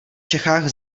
čechách